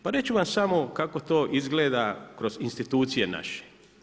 Pa reći ću vam samo kako to izgleda kroz institucije naše.